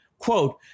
Quote